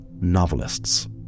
novelists